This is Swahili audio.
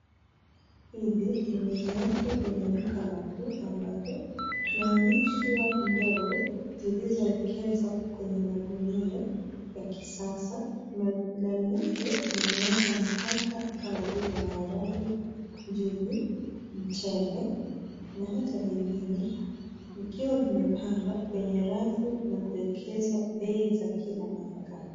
Hili ni mojawapo ya maduka makuu ambapo tunaonyeshwa ndoo zilizowekezwa kwenye magunia ya kisasa na ndani yake imewekwa nafaka kama vile maharage, njugu, mchele na hata vingine vikiwa vimepangwa kwenye rafu na kuwekezwa bei za kila nafaka.